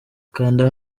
kanda